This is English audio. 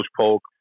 Polk